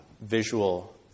visual